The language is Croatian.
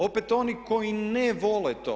Opet oni koji ne vole to.